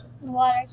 Water